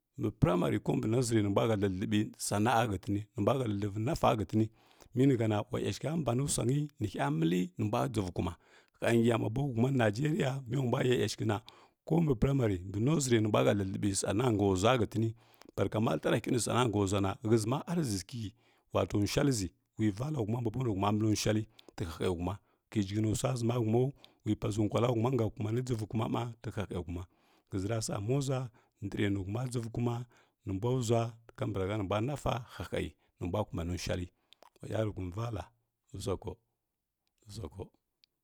Mba pramary ko mbə nuʒari nə mbwa ha thləthi abu sana’a hətəni nə mbwa hathləthləby nafa həfəny mi ni gham wa ya shagh mba nu swa nyi ni hiya milli nə mbwa dʒarəghə kuma ‘ha ‘ma ba mə huma nə nigəria mi wa mbuja ya ya ya ɗəshəghə na ko mbə pramary mbə nuʒari nə mbwa ha thlə thəbi sana’a ʒwa hətəni barka ma ma arʒiki wato nsh walləəi wi valla huma ma bo ma nə huma məvi nshwalli tə hahə huma kə giganə swa ʒəma humaw wi paʒi kulla huma nga kumani dʒavoi kuma ma tə hahə huma həʒə ra sa mo ʒwa dəghəvi nə huma dʒəvoi kuma nə mbw ʒwa kabaka nə mbwa nafa hahəghə mbwa kumani shwalli wa yarəghum valla usako usako.